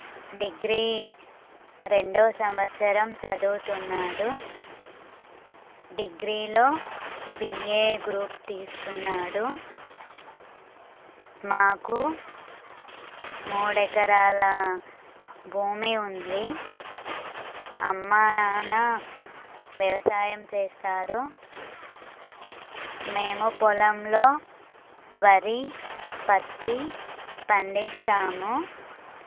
degree రెండవ సంవత్సరం చదువుతున్నాడు డిగ్రీలో బిఏ గ్రూప్ తీసుకున్నాడు మాకు మూడు ఎకరాల భూమి ఉంది అమ్మానాన్న వ్యవసాయం చేస్తారు మేము పొలంలో వరి పత్తి పండిస్తాము